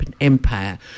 empire